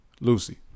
Lucy